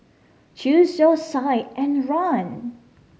choose your side and run